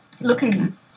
looking